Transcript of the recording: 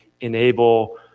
enable